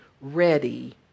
ready